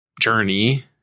journey